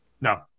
No